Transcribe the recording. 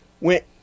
went